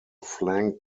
flanked